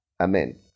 Amen